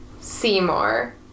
Seymour